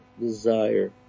desire